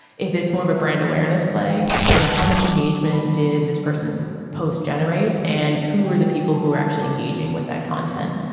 if it's more of a brand awareness play you know how much engagement did this person's post generate and who were the people who were actually engaging with that content.